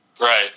Right